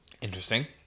interesting